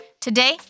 Today